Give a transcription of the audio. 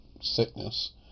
sickness